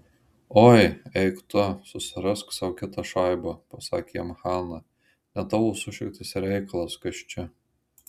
oi eik tu susirask sau kitą šaibą pasakė jam hana ne tavo sušiktas reikalas kas čia